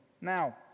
Now